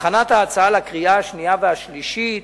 בהכנת ההצעה לקריאה השנייה והשלישית,